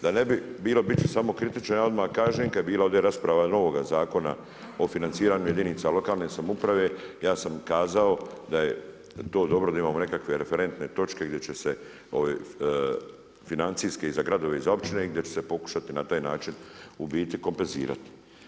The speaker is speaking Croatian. Da ne bi bilo, biti ću samokritičan, ja odmah kažem kada je bila ovdje rasprava novoga Zakona o financiranju jedinica lokalne samouprave ja sam kazao da je to dobro da imamo nekakve referentne točke gdje se, financijske i za gradove i za općine i gdje će se pokušati na taj način u biti kompenzirati.